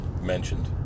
mentioned